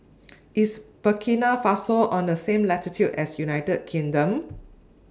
IS Burkina Faso on The same latitude as United Kingdom